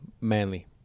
manly